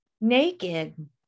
naked